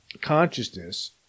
consciousness